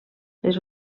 les